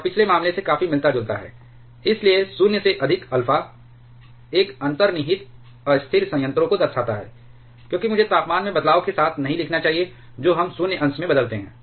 और पिछले मामले से काफी मिलता जुलता है इसलिए 0 से अधिक अल्फा एक अंतर्निहित अस्थिर संयंत्रों को दर्शाता है क्योंकि मुझे तापमान में बदलाव के साथ नहीं लिखना चाहिए जो हम शून्य अंश में बदलते हैं